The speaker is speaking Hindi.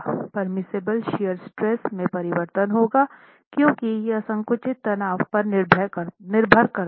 पेर्मिसिबल शियर स्ट्रेस में परिवर्तन होगा क्योंकि यह संकुचित तनाव पर निर्भर करता है